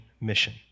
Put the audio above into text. mission